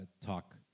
talk